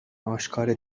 آشکار